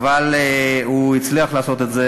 והוא הצליח לעשות את זה,